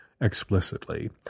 explicitly